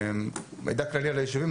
מידע כללי על היישובים,